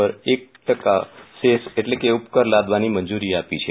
ઉપર એક ટકા સેસ એટલે કે ઉપકર લાદવાની મંજૂરી આપી છે